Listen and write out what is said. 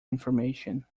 information